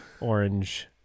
orange